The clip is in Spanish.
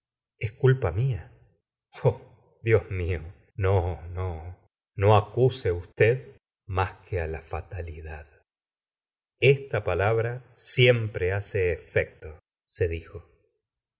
es culpa m a oh dios mio no no no acuse usted más que á la fa talidad esta palabra siempre hace efecto se dijo